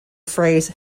phrase